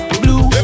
blue